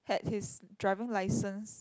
had his driving license